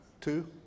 Two